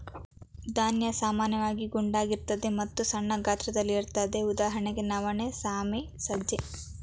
ಧಾನ್ಯ ಸಾಮಾನ್ಯವಾಗಿ ಗುಂಡಗಿರ್ತದೆ ಮತ್ತು ಸಣ್ಣ ಗಾತ್ರದಲ್ಲಿರುತ್ವೆ ಉದಾಹರಣೆಗೆ ನವಣೆ ಸಾಮೆ ಸಜ್ಜೆ